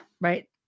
right